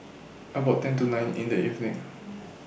about ten to nine in The evening